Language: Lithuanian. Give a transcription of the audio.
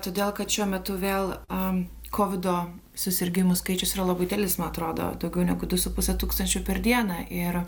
todėl kad šiuo metu vėl am kovido susirgimų skaičius yra labai didelis man atrodo daugiau negu du su puse tūkstančio per dieną ir